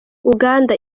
uganda